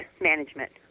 management